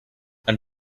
and